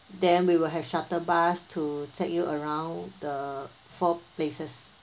then we will have shuttle bus to take you around the four places